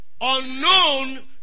unknown